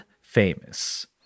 Famous